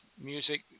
music